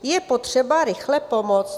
Je potřeba rychle pomoci.